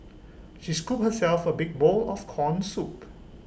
she scooped herself A big bowl of Corn Soup